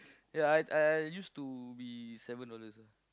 ya I I used to be seven dollars ah